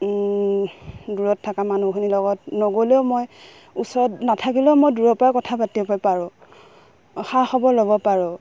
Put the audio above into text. দূৰত থকা মানুহখিনিৰ লগত নগ'লেও মই ওচৰত নাথাকিলেও মই দূৰৰপৰাই কথা পাতিব পাৰোঁ খা খবৰ ল'ব পাৰোঁ